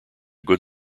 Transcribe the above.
good